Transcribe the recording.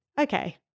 okay